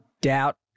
doubt